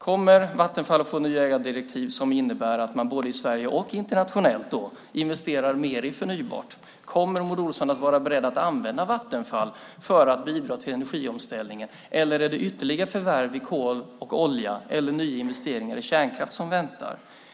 Kommer Vattenfall att få nya ägardirektiv som innebär att man både i Sverige och internationellt investerar mer i förnybart? Kommer Maud Olofsson att vara beredd att använda Vattenfall för att bidra till energiomställningen, eller är det ytterligare förvärv i kol och olja eller nyinvesteringar i kärnkraft som väntar?